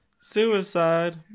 Suicide